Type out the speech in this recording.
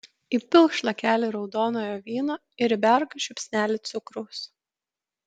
įpilk šlakelį raudonojo vyno ir įberk žiupsnelį cukraus